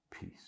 Peace